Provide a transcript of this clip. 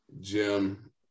Jim